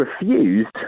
refused